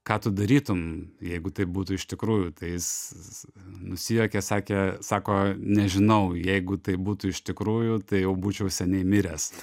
ką tu darytum jeigu taip būtų iš tikrųjų tai jis nusijuokė sakė sako nežinau jeigu taip būtų iš tikrųjų tai jau būčiau seniai miręs